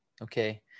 Okay